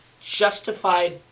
justified